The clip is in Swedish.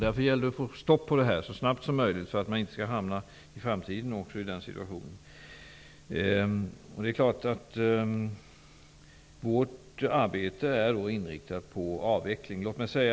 Därför gäller det att få stopp på detta så snabbt som möjligt för att vi inte skall hamna i den situationen även i framtiden. Vårt arbete är inriktat på avveckling.